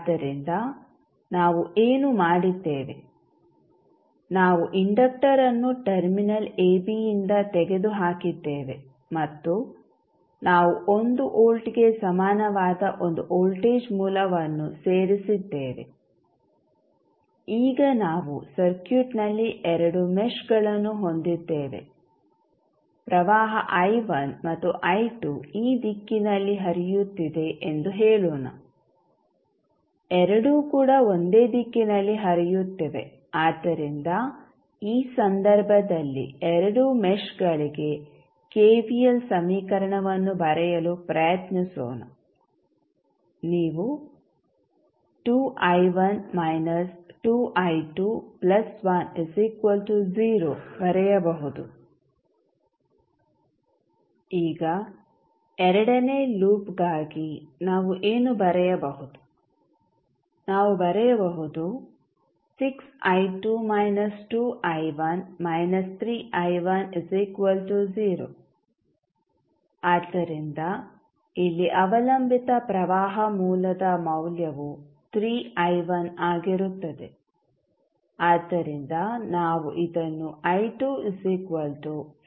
ಆದ್ದರಿಂದ ನಾವು ಏನು ಮಾಡಿದ್ದೇವೆ ನಾವು ಇಂಡಕ್ಟರ್ಅನ್ನು ಟರ್ಮಿನಲ್ ಎಬಿಯಿಂದ ತೆಗೆದುಹಾಕಿದ್ದೇವೆ ಮತ್ತು ನಾವು 1 ವೋಲ್ಟ್ಗೆ ಸಮಾನವಾದ ಒಂದು ವೋಲ್ಟೇಜ್ ಮೂಲವನ್ನು ಸೇರಿಸಿದ್ದೇವೆ ಈಗ ನಾವು ಸರ್ಕ್ಯೂಟ್ನಲ್ಲಿ ಎರಡು ಮೆಶ್ಗಳನ್ನು ಹೊಂದಿದ್ದೇವೆ ಪ್ರವಾಹ i1 ಮತ್ತು i2 ಈ ದಿಕ್ಕಿನಲ್ಲಿ ಹರಿಯುತ್ತಿದೆ ಎಂದು ಹೇಳೋಣ ಎರಡೂ ಕೂಡ ಒಂದೇ ದಿಕ್ಕಿನಲ್ಲಿ ಹರಿಯುತ್ತಿವೆ ಆದ್ದರಿಂದ ಈ ಸಂದರ್ಭದಲ್ಲಿ ಎರಡೂ ಮೆಶ್ಗಳಿಗೆ ಕೆವಿಎಲ್ ಸಮೀಕರಣವನ್ನು ಬರೆಯಲು ಪ್ರಯತ್ನಿಸೋಣ ನೀವು ಬರೆಯಬಹುದು ಈಗ ಎರಡನೇ ಲೂಪ್ಗಾಗಿ ನಾವು ಏನು ಬರೆಯಬಹುದು ನಾವು ಬರೆಯಬಹುದು ಆದ್ದರಿಂದ ಇಲ್ಲಿ ಅವಲಂಬಿತ ಪ್ರವಾಹ ಮೂಲದ ಮೌಲ್ಯವು ಆಗಿರುತ್ತದೆ